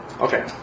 okay